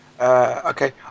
Okay